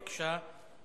בבקשה.